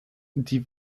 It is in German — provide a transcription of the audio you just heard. die